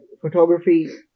photography